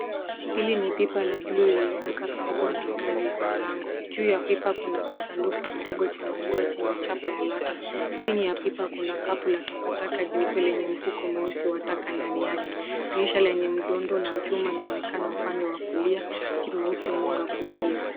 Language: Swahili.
Hili ni pipa la bluu lililowekwa karibu na ngazi ya mlango. Juu ya kila kuna masanduku kidogo cha maziwa chenye chapa ya lato. Chini ya pipa kuna kapu la takataka jeupe lenye mfuko mweusi wa taka ndani yake. Dirisha lenye mdundo na chuma unaonekana upande wa kulia ukiruhusu mwanga kuingia.